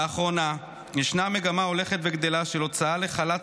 לאחרונה ישנה מגמה הולכת וגדלה של הוצאה לחל"ת